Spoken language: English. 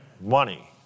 money